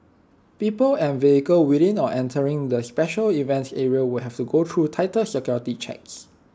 people and vehicles within or entering the special event areas will have to go through tighter security checks